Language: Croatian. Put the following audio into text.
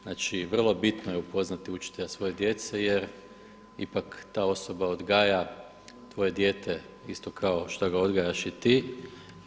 Znači, vrlo bitno je upoznati učitelja svoje djece jer ipak ta osoba odgaja tvoje dijete isto kao što ga odgajaš i ti.